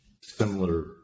similar